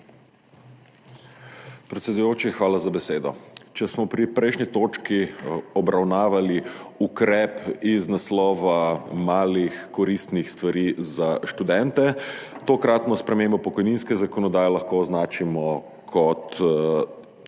Predsedujoči, hvala za besedo. Če smo pri prejšnji točki obravnavali ukrep iz naslova malih koristnih stvari za študente, tokratno spremembo pokojninske zakonodaje lahko označimo kot